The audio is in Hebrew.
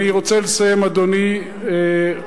אני רוצה לסיים, אדוני היושב-ראש,